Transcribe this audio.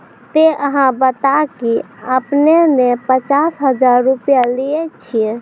ते अहाँ बता की आपने ने पचास हजार रु लिए छिए?